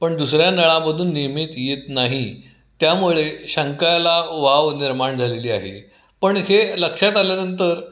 पण दुसऱ्या नळामधून नियमित येत नाही त्यामुळे शंका यायला वाव निर्माण झालेला आहे पण हे लक्षात आल्यानंतर